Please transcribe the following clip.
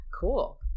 cool